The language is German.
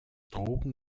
drogen